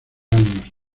años